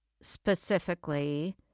specifically